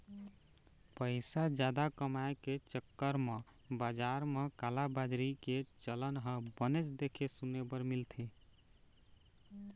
पइसा जादा कमाए के चक्कर म बजार म कालाबजारी के चलन ह बनेच देखे सुने बर मिलथे